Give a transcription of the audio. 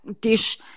dish